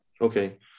Okay